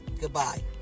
Goodbye